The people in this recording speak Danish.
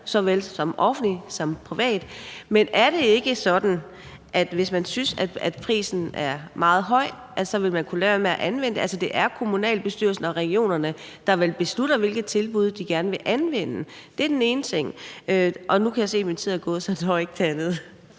såvel offentlige som private tilbud, men er det ikke sådan, at hvis man synes, at prisen er meget høj, så vil man kunne lade være med at anvende det? Altså, det er kommunalbestyrelserne og regionerne, der vel beslutter, hvilke tilbud de gerne vil anvende. Det er den ene ting. Og nu kan jeg se, at min tid er gået, så jeg når ikke den anden.